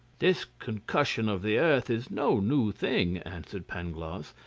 this concussion of the earth is no new thing, answered pangloss.